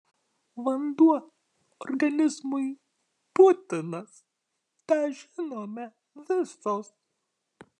vanduo organizmui būtinas tą žinome visos